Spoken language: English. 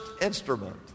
instrument